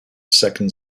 second